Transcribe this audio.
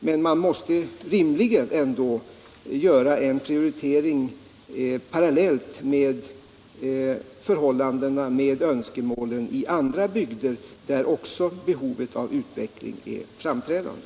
Men man måste rimligen ändå göra en prioritering med hänsyn till önskemålen i andra bygder, där behov av utveckling är framträdande.